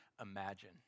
imagine